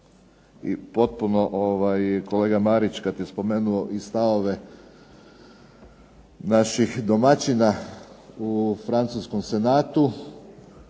i potpuno kolega Marić kada je spomenuo i stavove naših domaćina u Francuskom senatu